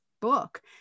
book